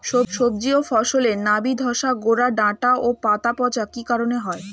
সবজি ও ফসলে নাবি ধসা গোরা ডাঁটা ও পাতা পচা কি কারণে হয়?